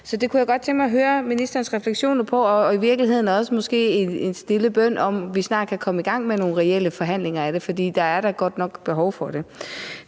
Så det kunne jeg godt tænke mig at høre ministerens refleksioner over, og i virkeligheden er det måske også en stille bøn om, at vi snart kan komme i gang med nogle reelle forhandlinger af det, for der er da godt nok behov for det.